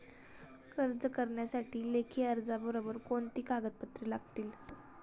कर्ज करण्यासाठी लेखी अर्जाबरोबर कोणती कागदपत्रे लागतील?